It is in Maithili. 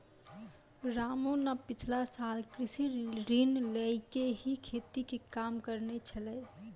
रामू न पिछला साल कृषि ऋण लैकॅ ही खेती के काम करनॅ छेलै